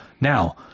Now